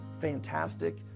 fantastic